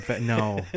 no